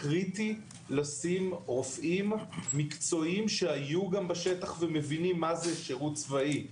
קריטי לשים רופאים מקצועיים שהיו גם בשטח ומבינים מה זה שירות צבאי.